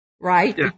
right